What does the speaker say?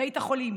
בית החולים,